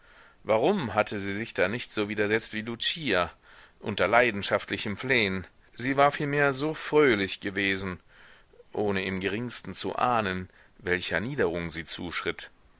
warum hatte sie sich da nicht so widersetzt wie lucia unter leidenschaftlichem flehen sie war vielmehr so fröhlich gewesen ohne im geringsten zu ahnen welcher niederung sie zuschritt